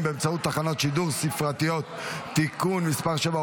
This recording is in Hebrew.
באמצעות תחנות שידור ספרתיות (תיקון מס' 7,